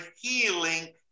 healing